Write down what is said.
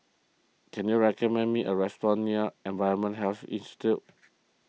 can you recommend me a restaurant near Environmental Health Institute